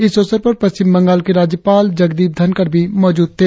इस अवसर पर पश्चिम बंगाल के राज्यपाल जगदीप धनकड़ भी मौजूद थे